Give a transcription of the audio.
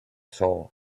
soul